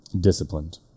Disciplined